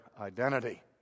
identity